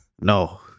No